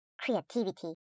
creativity